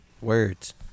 words